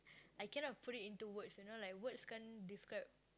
I cannot put it into words you know like words can't describe